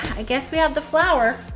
i guess we add the flour.